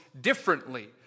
differently